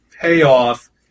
payoff